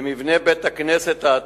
סליחה, לבית-הכנסת.